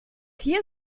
hier